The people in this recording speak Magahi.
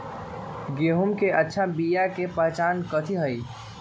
गेंहू के अच्छा बिया के पहचान कथि हई?